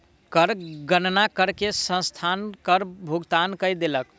कर गणना कय के संस्थान कर भुगतान कय देलक